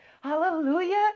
Hallelujah